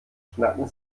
schnacken